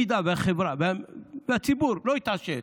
אם החברה, הציבור לא יתעשת,